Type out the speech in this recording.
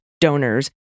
donors